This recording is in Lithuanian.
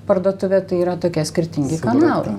parduotuvė tai yra tokie skirtingi kanalai